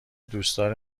دوستدار